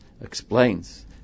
explains